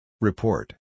Report